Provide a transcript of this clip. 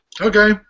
Okay